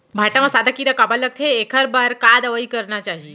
भांटा म सादा कीरा काबर लगथे एखर बर का दवई करना चाही?